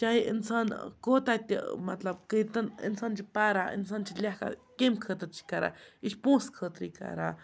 چاہے اِنسان کوتاہ تہِ مطلب کٔرۍ تَن اِنسان چھِ پران اِنسان چھِ لیٚکھان کمہِ خٲطرٕ چھِ کَران یہِ چھِ پونٛسہٕ خٲطرٕ یہِ کَران